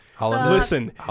Listen